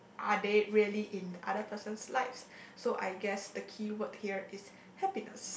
are they really in other person's lives so I guess the keyword here is happiness